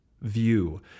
view